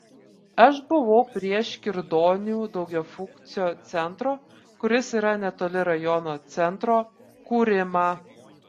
aš buvau prieš kirdonių daugiafunkcio centro kuris yra netoli rajono centro kūrimą